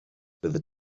byddet